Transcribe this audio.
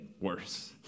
worse